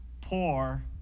poor